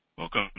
Welcome